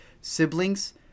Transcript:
siblings